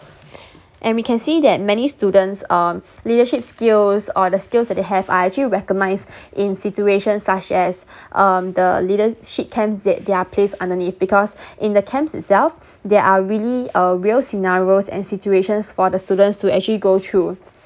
and we can see that many students um leadership skills or the skills that they have are actually recognised in situation such as (um)the leadership camp that they are placed underneath because in the camps itself there are really uh real scenarios and situations for the students to actually go through